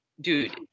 dude